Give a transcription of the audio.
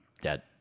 dead